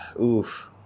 oof